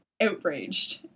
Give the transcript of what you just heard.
outraged